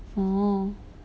oh